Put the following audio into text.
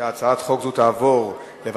את הצעת חוק לימוד חובה (תיקון,